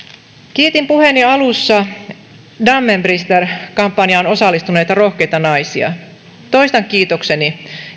kiitin puheeni alussa dammen brister kampanjaan osallistuneita rohkeita naisia toistan kiitokseni